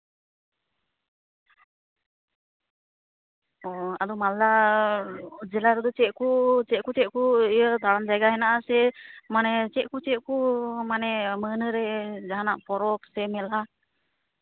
ᱚᱸᱻ ᱟᱫᱚ ᱢᱟᱞᱫᱟ ᱡᱮᱞᱟ ᱨᱮᱫᱚ ᱪᱮᱫ ᱠᱚ ᱪᱮᱫ ᱠᱚ ᱤᱭᱟᱹ ᱫᱟᱬᱟᱱ ᱡᱟᱭᱜᱟ ᱦᱮᱱᱟᱜᱼᱟ ᱥᱮ ᱢᱟᱱᱮ ᱪᱮᱫ ᱠᱚ ᱪᱮᱫ ᱠᱚ ᱢᱟᱱᱮ ᱢᱟᱹᱦᱱᱟᱹ ᱨᱮ ᱡᱟᱦᱟᱱᱟᱜ ᱯᱚᱨᱚᱵᱽ ᱥᱮ ᱢᱮᱞᱟ